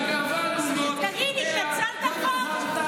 ואגב, נשאיר לעצמו לא רק את הכבוד הלאומי